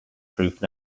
proof